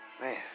Man